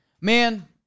man